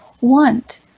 want